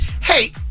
Hey